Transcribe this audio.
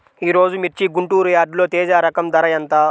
ఈరోజు మిర్చి గుంటూరు యార్డులో తేజ రకం ధర ఎంత?